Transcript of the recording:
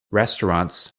restaurants